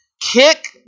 Kick